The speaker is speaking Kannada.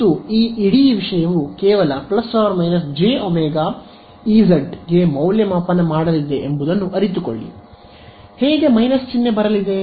ಮತ್ತು ಈ ಇಡೀ ವಿಷಯವು ಕೇವಲ ± jω0Ez ಗೆ ಮೌಲ್ಯಮಾಪನ ಮಾಡಲಿದೆ ಎಂಬುದನ್ನು ಅರಿತುಕೊಳ್ಳಿ ಹೇಗೆ ಮೈನಸ್ ಚಿಹ್ನೆ ಬರಲಿದೇ